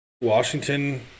Washington